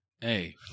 Hey